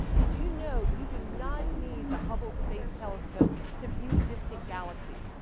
did you know, you do not need the hubble space telescope to view distant galaxies?